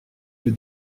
que